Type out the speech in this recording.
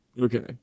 Okay